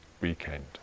weekend